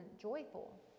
joyful